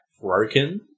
broken